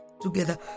together